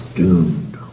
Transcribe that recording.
doomed